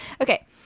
Okay